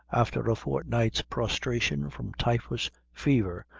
after a fortnight's prostration from typhus fever,